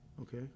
Okay